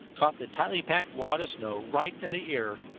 caught the tightly packed wad of snow right in the ear.